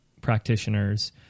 practitioners